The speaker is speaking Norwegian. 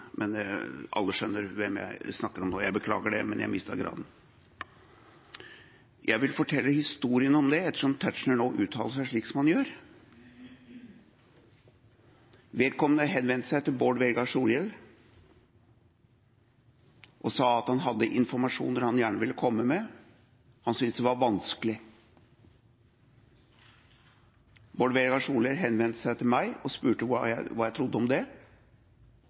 men alle skjønner hvem jeg snakker om – jeg beklager det, men jeg mistet graden. Jeg vil fortelle historien om det, ettersom Tetzschner nå uttaler seg slik som han gjør. Vedkommende henvendte seg til Bård Vegar Solhjell og sa at han hadde informasjon han gjerne ville komme med. Han syntes det var vanskelig. Bård Vegar Solhjell henvendte seg til meg og spurte hva jeg trodde om det.